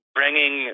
bringing